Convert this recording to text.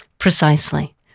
Precisely